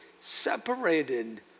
separated